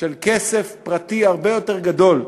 של כסף פרטי הרבה יותר גדול,